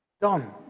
Done